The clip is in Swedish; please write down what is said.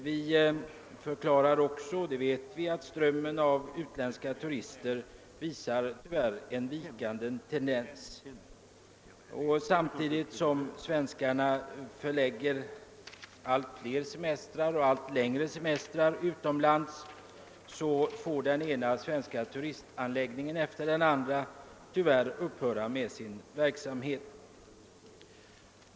Vi framhåller också att strömmen av utländska turister uppvisar en vikande tendens. Samtidigt som svenskarna förlägger allt flera och längre semestrar utomlands får den ena svenska turistanläggningen efter den andra tyvärr upphöra med sin verksamhet.